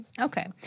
Okay